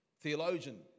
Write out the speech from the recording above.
theologian